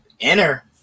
Enter